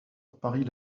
paris